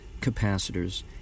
capacitors